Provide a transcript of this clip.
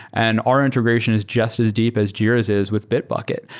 and our integration is just as deep as jira's is with bitbucket.